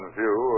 view